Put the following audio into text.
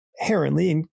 inherently